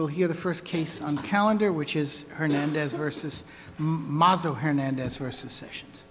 well here the first case on the calendar which is hernandez versus moscow hernandez versus sessions